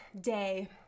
day